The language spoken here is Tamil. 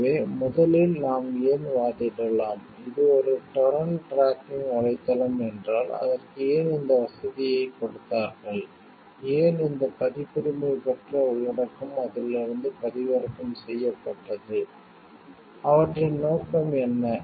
எனவே முதலில் நாம் ஏன் வாதிடலாம் இது ஒரு டொரண்ட் டிராக்கிங் வலைத்தளம் என்றால் அதற்கு ஏன் இந்த வசதியைக் கொடுத்தார்கள் ஏன் இந்த பதிப்புரிமை பெற்ற உள்ளடக்கம் அதிலிருந்து பதிவிறக்கம் செய்யப்பட்டது அவற்றின் நோக்கம் என்ன